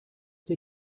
dir